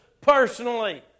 personally